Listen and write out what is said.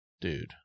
dude